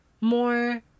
more